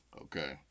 Okay